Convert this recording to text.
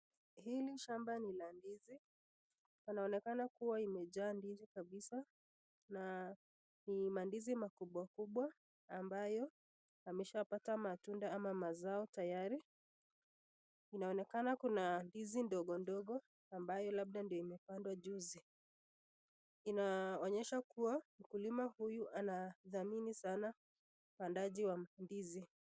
Hili shamba lina ndizi. Yanaonekana kuwa imejaa ndizi kabiza na ni ndizi makubwa kubwa ambayo ameshapata matunda ama mazao tayari inaonekana kuna ndizi ndogo ndogo ambayo labda ndio imepandwa juzi. Inaonyesha kuwa mkulima huyu anadhamini sana pandaji wa ndizi.